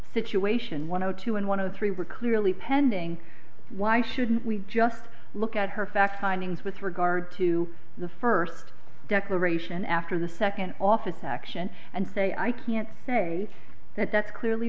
situation one hundred two and one of the three were clearly pending why shouldn't we just look at her fact findings with regard to the first declaration after the second office action and say i can't say that that's clearly